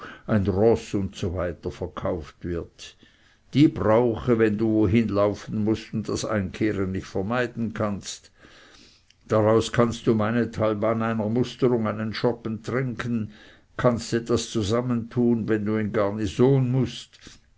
ein roß usw verkauft wird die brauche wenn du wohin laufen mußt und das einkehren nicht vermeiden kannst daraus kannst du meinethalb an einer musterung einen schoppen trinken kannst etwas zusammentun wenn du in garnison mußt